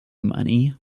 money